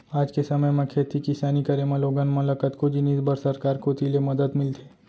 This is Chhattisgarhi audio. आज के समे म खेती किसानी करे म लोगन मन ल कतको जिनिस बर सरकार कोती ले मदद मिलथे